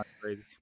crazy